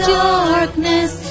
darkness